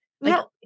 No